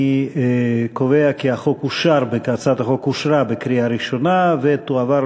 אני קובע כי החוק אושר בקריאה ראשונה ויועבר